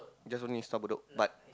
just only stop Bedok but